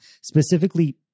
specifically